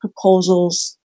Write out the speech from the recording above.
proposals